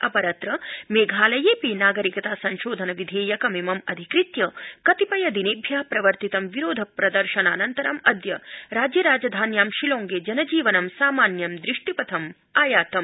अपरत्र मेघालयेडपि नागरिकता संशोधन विधेयकमिमम् अधिकृत्य कतिपय दिनेभ्य प्रवर्तितं विरोध प्रदर्शनानन्तरं अद्य राज्य राजधान्यां शिलौंगे जनजीवनं सामान्यं दृष्टिपथम् आयातम्